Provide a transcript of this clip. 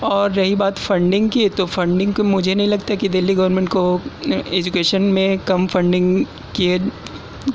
اور رہی بات فنڈنگ کی تو فنڈنگ کو مجھے نہیں لگتا کہ دلی گورنمینٹ کو ایجوکیشن میں کم فنڈنگ